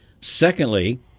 Secondly